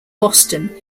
boston